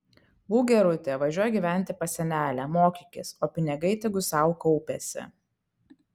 būk gerutė važiuok gyventi pas senelę mokykis o pinigai tegu sau kaupiasi